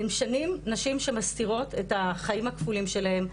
הן שנים נשים שמסתירות את החיים הכפולים שלהן,